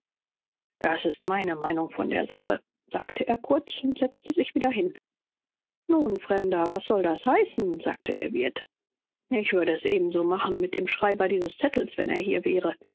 das ist meine meinung darüber sagte er kurz und setzte sich dann wieder nieder oho fremder was soll das heißen sagte der wirth ich würde dasselbe mit dem thun der's geschrieben hat wenn er hier wäre